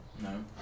no